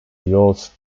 youth